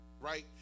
Right